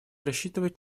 рассчитывать